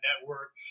network